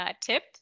tip